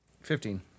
Fifteen